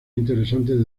interesantes